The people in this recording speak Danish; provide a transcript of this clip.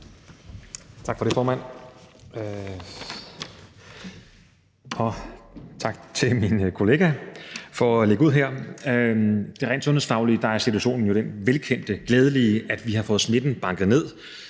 Tak for det, formand, og tak til min kollega for at lægge ud her. Rent sundhedsfagligt er situationen jo den velkendte glædelige, at vi har fået smitten banket ned,